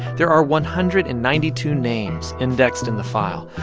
there are one hundred and ninety two names indexed in the file,